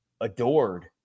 adored